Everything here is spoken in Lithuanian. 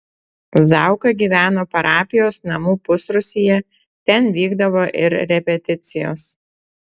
zauka gyveno parapijos namų pusrūsyje ten vykdavo ir repeticijos